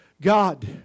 God